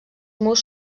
murs